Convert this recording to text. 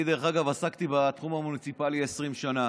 אני, דרך אגב, עסקתי בתחום המוניציפלי 20 שנה.